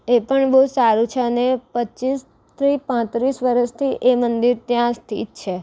એ પણ બહુ સારું છે અને પચીસથી પાંત્રીસ વરસથી એ મંદિર ત્યાં સ્થિત છે